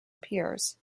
appears